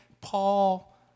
Paul